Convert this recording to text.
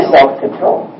Self-control